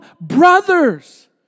brothers